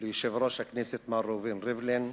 ליושב-ראש הכנסת מר ראובן ריבלין,